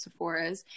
Sephoras